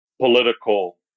political